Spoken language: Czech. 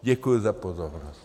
Děkuji za pozornost.